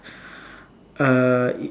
err